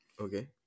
Okay